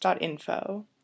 info